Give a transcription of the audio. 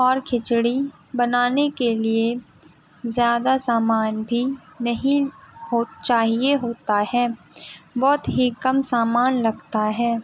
اور کھچڑی بنانے کے لیے زیادہ سامان بھی نہیں ہو چاہیے ہوتا ہے بہت ہی کم سامان لگتا ہے